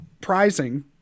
prizing